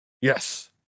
Yes